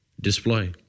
display